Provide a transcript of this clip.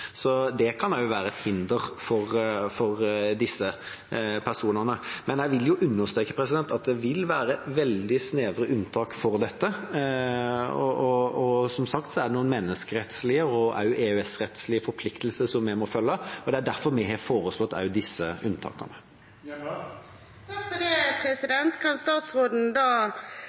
så det kan også være et hinder for disse personene. Men jeg vil understreke at det vil være veldig snevre unntak for dette. Som sagt er det noen menneskerettslige og også EØS-rettslige forpliktelser som vi må følge, og det er derfor vi har foreslått også disse unntakene. Kan statsråden da oppklare om han mener at religiøse grunner trumfer barns rettssikkerhet og grunnleggende menneskerettigheter? Jeg vil si at det kan